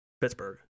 Pittsburgh